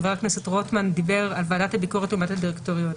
חבר הכנסת רוטמן דיבר על ועדת הביקורת לעומת הדירקטוריון,